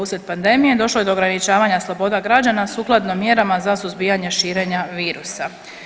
Uslijed pandemije, došlo je do ograničavanja sloboda građana sukladno mjerama za suzbijanje širenja virusa.